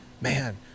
man